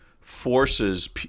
Forces